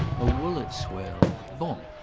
a woollett swell bon!